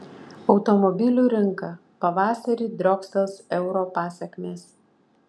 automobilių rinka pavasarį driokstels euro pasekmės